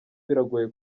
biragoye